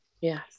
Yes